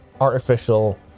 artificial